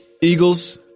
Eagles